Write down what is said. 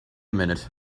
minute